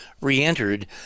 re-entered